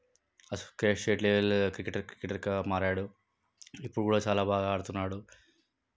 state level క్రికెటర్గా క్రికెటర్గా మారాడు ఇప్పుడు కూడా చాలా బాగా ఆడుతున్నాడు